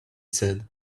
said